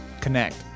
connect